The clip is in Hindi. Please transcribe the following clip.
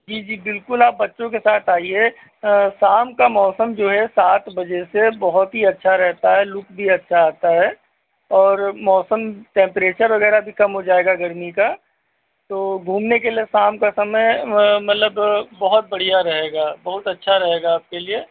जी जी बिल्कुल आप बच्चों के साथ आईए शाम का मौसम जो है सात बजे से बहुत ही अच्छा रहता है लुक भी अच्छा आता है और मौसम टेंपरेचर वगैरह भी काम हो जाएगा गर्मी का तो घूमने के लिए शाम का समय मतलब बहुत बढ़िया रहेगा बहुत अच्छा रहेगा आपके लिए